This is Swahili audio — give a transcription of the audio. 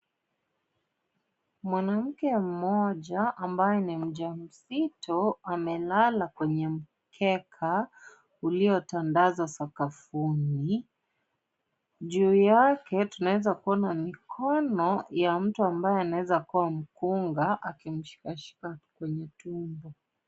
Mwanamke mmoja, ambaye ni mjamzito amelala kwenye mkeka uliotandazwa sakafuni. Juu yake, tunaweza kuona mikono ya mtu ambaye anaweza kuwa mkunga akimshikashika kwenye tumbo.